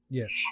yes